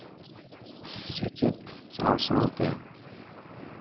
ᱥᱮᱪᱮᱫ ᱥᱟᱶ ᱥᱟᱶᱛᱮ